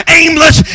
aimless